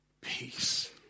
Peace